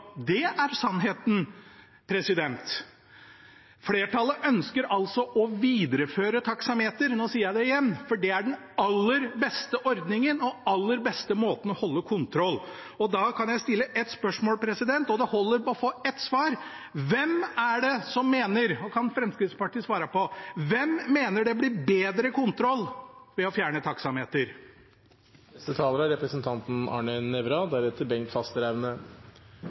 Det er sannheten. Flertallet ønsker altså å videreføre taksameteret – og nå sier jeg det igjen – for det er den aller beste ordningen og aller beste måten å holde kontroll på. Og da kan jeg stille ett spørsmål, og det holder å få ett svar, og det kan Fremskrittspartiet svare på: Hvem mener det blir bedre kontroll ved å fjerne taksameteret? Representanten Arne Nævra